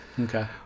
Okay